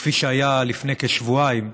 כפי שהיה לפני כשבועיים,